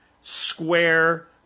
square